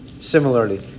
similarly